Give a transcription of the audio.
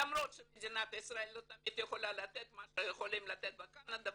למרות שמדינת ישראל לא תמיד יכולה לתת מה שיכולים לתת בקנדה,